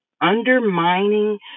undermining